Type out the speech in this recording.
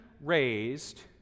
raised